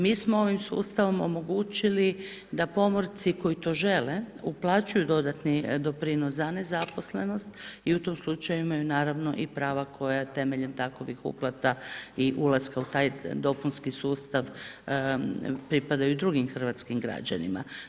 Mi smo ovim sustavom omogućili da pomorci koji to žele uplaćuju dodatni doprinos za nezaposlenost i u tom slučaju imaju naravno i prava koje temeljem takovih uplata i ulaska u taj dopunski sustav pripadaju drugim hrvatskim građanima.